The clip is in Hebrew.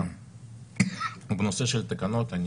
בנושא של התקנות,